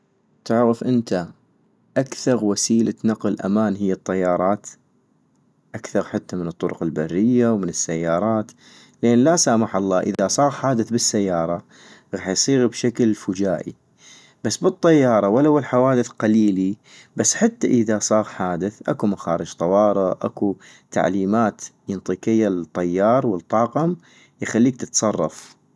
تعغف انت اكثغ وسيلة نقل امان هي الطيارات؟ اكثغ حتى من الطرق البرية والسيارات - لان لا سامح الله اذا صاغ حادث بالسيارة غاح يصيغ بشكل فجائي ، بس بالطيارة ولو الحوادث قليلي ، بس حتى اذا صاغ حادث اكو مخارج طوارئ اكو تعليمات ينطيك هي الطيار والطاقم يخليك تتصرف